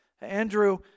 Andrew